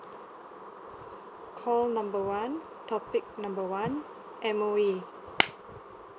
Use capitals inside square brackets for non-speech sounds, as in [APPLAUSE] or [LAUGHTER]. call number one topic number one M_O_E [NOISE]